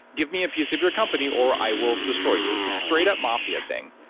give me a piece of your company or i will destroy you. it's a straight up mafia thing.